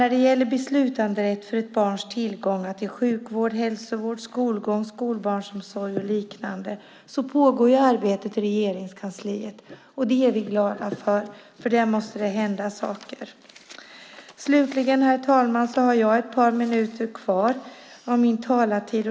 När det gäller beslutanderätt för ett barns tillgång till sjukvård, hälsovård, skolgång, skolbarnsomsorg och liknande pågår arbetet i Regeringskansliet. Det är vi glada för, för där måste det hända saker. Jag har ett par minuter kvar av min talartid.